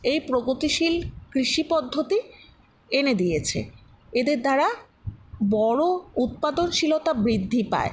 এই প্রগতিশীল কৃষি পদ্ধতি এনে দিয়েছে এদের দ্বারা বড়ো উৎপাদনশীলতা বৃদ্ধি পায়